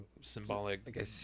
symbolic